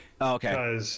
Okay